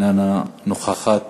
איננה נוכחת.